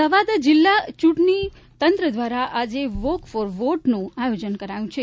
અમદાવાદ જિલ્લા ચૂંટણી તંત્ર દ્વારા આજે વોક ફોર વોટનું આયોજન કરાયું છે